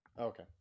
Okay